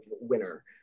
winner